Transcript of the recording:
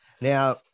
Now